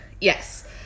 Yes